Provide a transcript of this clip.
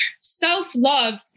Self-love